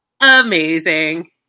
amazing